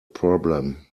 problem